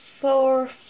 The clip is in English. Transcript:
four